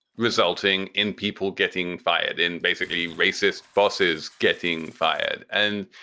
resulting in people getting fired in, basically racist bosses getting fired. and